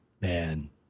man